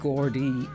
Gordy